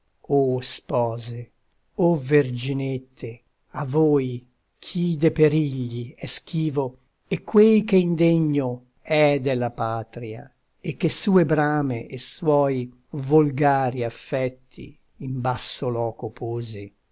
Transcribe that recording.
procella o spose o verginette a voi chi de perigli è schivo e quei che indegno è della patria e che sue brame e suoi volgari affetti in basso loco pose